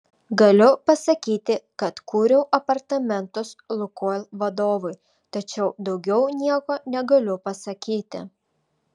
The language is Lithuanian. galiu pasakyti kad kūriau apartamentus lukoil vadovui tačiau daugiau nieko negaliu pasakyti